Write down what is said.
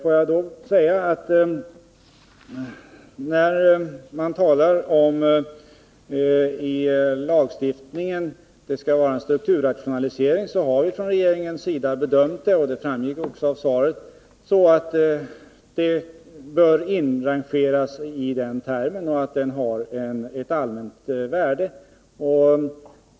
Lagstiftningen förutsätter en strukturrationalisering för befrielse från realisationsvinstbeskattning. Regeringen har bedömt Volvo-Beijeraffären — och detta framgick också av svaret — kunna inrangeras inom detta begrepp och att den har ett allmänt värde.